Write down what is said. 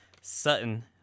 sutton